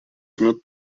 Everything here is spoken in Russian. имеет